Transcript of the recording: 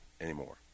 anymore